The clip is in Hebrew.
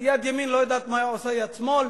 ויד ימין לא יודעת מה עושה יד שמאל.